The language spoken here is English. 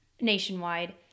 nationwide